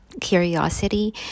curiosity